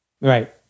Right